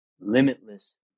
limitless